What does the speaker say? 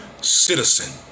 citizen